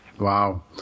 Wow